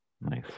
Nice